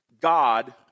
God